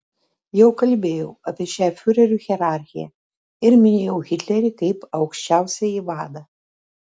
jau kalbėjau apie šią fiurerių hierarchiją ir minėjau hitlerį kaip aukščiausiąjį vadą